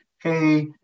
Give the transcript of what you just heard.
hey